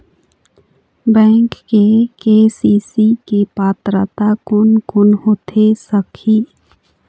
Bank से KCC के पात्रता कोन कौन होथे सकही?